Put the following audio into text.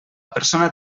persona